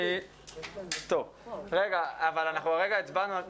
אבל תמי, אנחנו כרגע הצבענו.